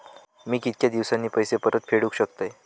मी कीतक्या दिवसांनी पैसे परत फेडुक शकतय?